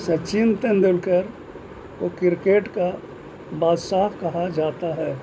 سچن تینڈولکر کو کرکٹ کا بادشاہ کہا جاتا ہے